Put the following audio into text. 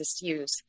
use